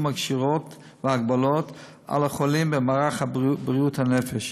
הקשירות וההגבלות על החולים במערך בריאות הנפש,